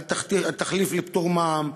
על תחליף לפטור ממע"מ.